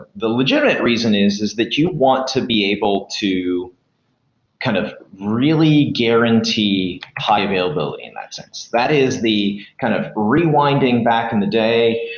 the the legitimate reason is, is that you want to be able to kind of really guarantee high-availability in that sense. that is the kind of rewinding back in the day.